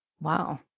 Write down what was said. Wow